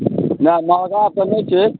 नहि महगा तऽ नहि छै